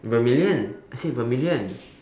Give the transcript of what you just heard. vermilion I said vermilion